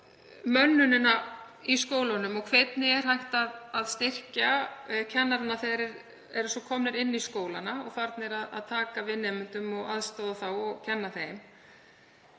mönnun í skólunum og hvernig hægt er að styrkja kennara þegar þeir eru komnir inn í skólana og farnir að taka við nemendum og aðstoða þá og kenna þeim.